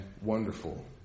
wonderful